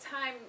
time